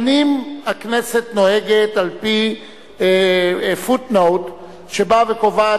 שנים הכנסת נוהגת על-פיfootnote שקובעת